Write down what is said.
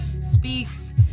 speaks